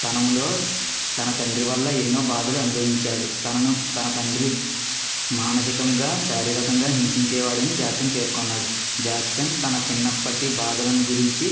తనములో తన తండ్రి వల్ల ఎన్నో బాధలు అనుభవించాడు తనను తన తండ్రి మానసికంగా శారీరకంగా హింసించే వాడిని జాక్సన్ పేర్కొన్నాడు జాక్సన్ తన చిన్నప్పటి బాధలను గురించి